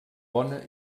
bona